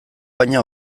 baina